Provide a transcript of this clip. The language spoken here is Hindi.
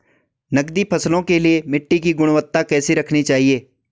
नकदी फसलों के लिए मिट्टी की गुणवत्ता कैसी रखनी चाहिए?